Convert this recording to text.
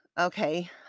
okay